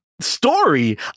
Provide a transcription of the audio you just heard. Story